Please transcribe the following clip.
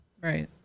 Right